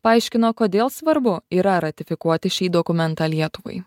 paaiškino kodėl svarbu yra ratifikuoti šį dokumentą lietuvai